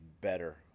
better